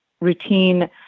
routine